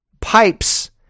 pipes